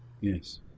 Yes